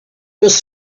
was